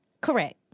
Correct